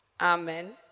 Amen